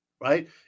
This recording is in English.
right